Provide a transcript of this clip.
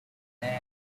and